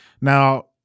Now